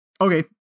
okay